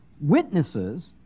witnesses